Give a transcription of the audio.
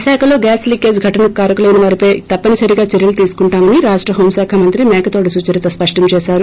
విశాఖలో gas leakage ఘటనకు కారకులైన వారిపై తప్పనిసరిగా చర్యలు తీసుకుంటామని రాష్ట హోం శాఖ మంత్రి మేకతోటి సుచరిత స్పష్టం చేసారు